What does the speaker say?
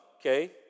okay